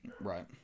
Right